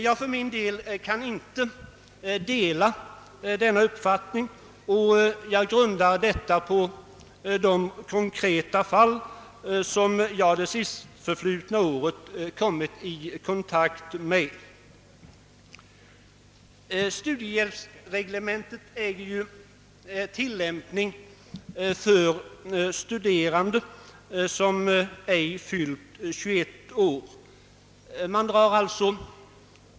Jag kan inte dela denna uppfattning, och jag grundar min inställning på de konkreta fall som jag det sistförflutna året kommit i kontakt med. Studiehjälpsreglementet äger ju tilllämpning för studerande som ej fyllt 21 år.